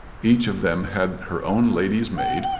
each of them had her own lady's maid,